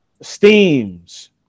steams